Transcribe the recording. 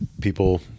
people